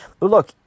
Look